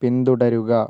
പിന്തുടരുക